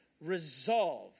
resolve